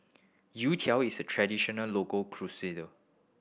youtiao is a traditional local